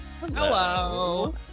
Hello